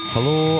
Hello